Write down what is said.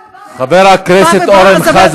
ובא-בא-בא,